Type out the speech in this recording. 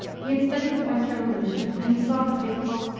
he had studied the french revolution, and he saw the fateful,